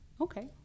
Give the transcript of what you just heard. Okay